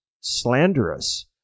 slanderous